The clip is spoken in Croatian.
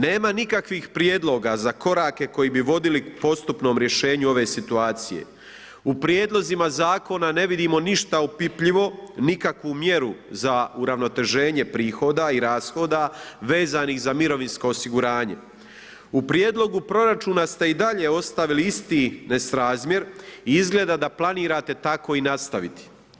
Nema nikakvih prijedloga za korake koji bi vodili postupnom rješenju ove situacije, u prijedlozima ne vidimo ništa opipljivo nikakvu mjeru za uravnoteženje prihoda i rashoda vezanih za mirovinsko osiguranje. u prijedlogu proračuna ste i dalje ostavili isti nesrazmjer i izgleda da planirate tako i nastaviti.